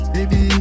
Baby